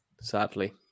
Sadly